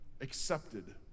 accepted